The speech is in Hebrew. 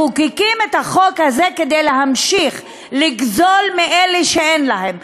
מחוקקים את החוק הזה כדי להמשיך לגזול מאלה שאין להם,